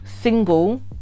single